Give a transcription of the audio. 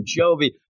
Jovi